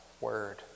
word